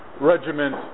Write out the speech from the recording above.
regiment